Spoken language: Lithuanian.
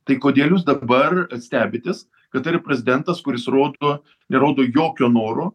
tai kodėl jūs dabar stebitės kad tai yra prezidentas kuris rodo nerodo jokio noro